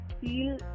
feel